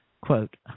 quote